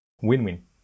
win-win